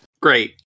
Great